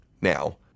Now